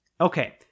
Okay